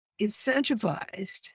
incentivized